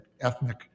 ethnic